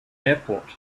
airport